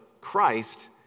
Christ